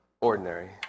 Ordinary